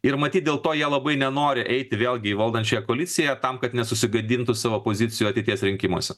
ir matyt dėl to jie labai nenori eiti vėlgi į valdančiąją koaliciją tam kad nesusigadintų savo pozicijų ateities rinkimuose